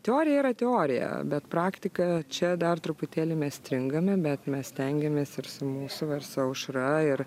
teorija yra teorija bet praktika čia dar truputėlį mes stringame bet mes stengiamės ir su mūsų va ir su aušra ir